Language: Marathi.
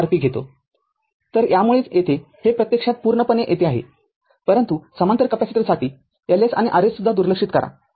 तर यामुळेच येथे हे प्रत्यक्षात पूर्णपणे येथे आहे समांतर कॅपेसिटरसाठी Ls आणि Rs सुद्धा दुर्लक्षित करा